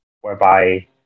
whereby